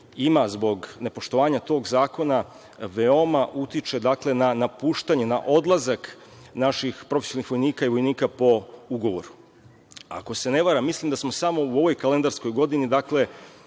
ima zbog nepoštovanja tog zakona veoma utiče na napuštanje, na odlazak naših profesionalnih vojnika i vojnika po ugovoru. Ako se ne varam, mislim da smo samo u ovoj kalendarskoj godini